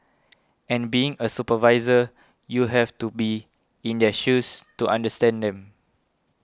and being a supervisor you have to be in their shoes to understand them